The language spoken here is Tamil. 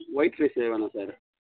ஒயிட் ரைஸ்ஸு வேணாம் சார்